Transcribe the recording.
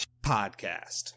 Podcast